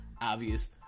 obvious